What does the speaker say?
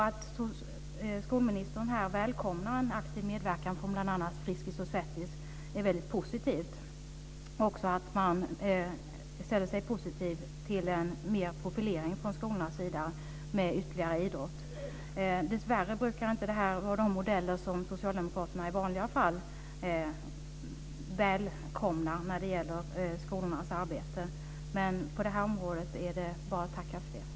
Att skolministern välkomnar en aktiv medverkan från bl.a. Friskis & Svettis är väldigt positivt. Man ställer sig också positiv till mer profilering från skolornas sida, med ytterligare idrott. Dessvärre är inte detta modeller som Socialdemokraterna välkomnar i vanliga fall när det gäller skolornas arbete. Men på detta område gör man det, och det är bara att tacka för det.